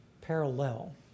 parallel